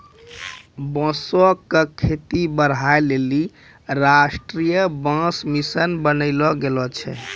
बांसो क खेती बढ़ाय लेलि राष्ट्रीय बांस मिशन बनैलो गेलो छै